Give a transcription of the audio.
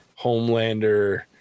Homelander